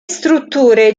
strutture